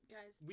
Guys